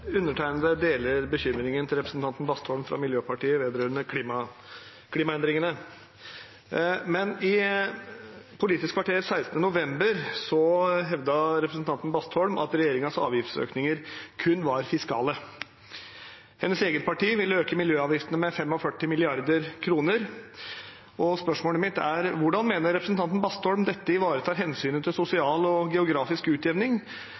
Undertegnede deler bekymringen til representanten Bastholm fra Miljøpartiet De Grønne vedrørende klimaendringene. Men i Politisk kvarter 16. november hevdet representanten Bastholm at regjeringens avgiftsøkninger kun var fiskale. Hennes eget parti vil øke miljøavgiftene med 45 mrd. kr. Spørsmålet mitt er: Hvordan mener representanten Bastholm dette ivaretar hensynet til sosial og geografisk utjevning?